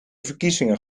verkiezingen